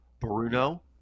Bruno